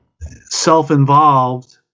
self-involved